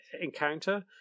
encounter